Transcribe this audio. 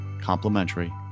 complimentary